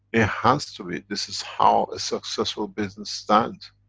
it has to be, this is how a successful business stands.